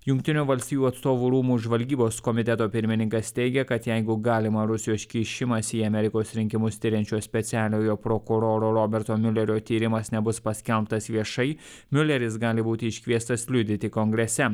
jungtinių valstijų atstovų rūmų žvalgybos komiteto pirmininkas teigia kad jeigu galimą rusijos kišimąsi į amerikos rinkimus tiriančio specialiojo prokuroro roberto miulerio tyrimas nebus paskelbtas viešai miuleris gali būti iškviestas liudyti kongrese